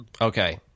Okay